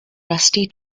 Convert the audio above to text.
rusty